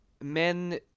men